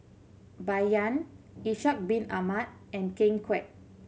Bai Yan Ishak Bin Ahmad and Ken Kwek